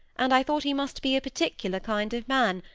and i thought he must be a particular kind of man,